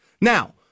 Now